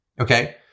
okay